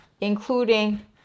including